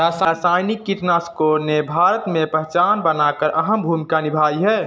रासायनिक कीटनाशकों ने भारत में पहचान बनाकर अहम भूमिका निभाई है